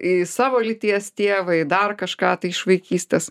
į savo lyties tėvą į dar kažką tai iš vaikystės